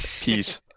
Peace